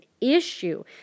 issue